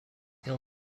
ill